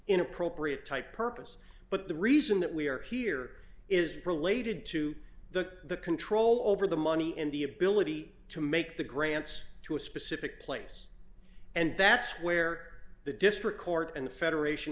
inappropriate type purpose but the reason that we are here is related to the control over the money in the ability to make the grants to a specific place and that's where the district court and the federation